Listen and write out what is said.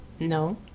No